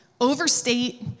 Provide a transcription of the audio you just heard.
overstate